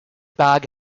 bag